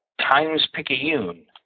Times-Picayune